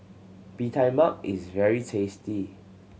Bee Tai Mak is very tasty